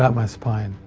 um my spine.